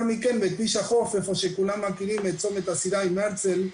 מכן בכביש החוף איפה שכולם מכירים את צומת הסירה עם הרצל,